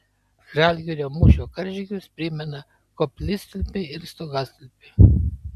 žalgirio mūšio karžygius primena koplytstulpiai ir stogastulpiai